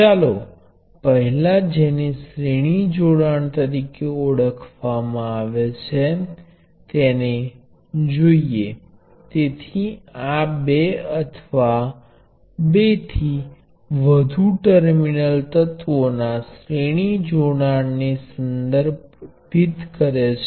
હવે આપણે જે જાણવા માંગીએ છીએ તે છે ઉપલા અને નીચલા ટર્મિનલ્સ વચ્ચે અસરકારક વર્તન શું છે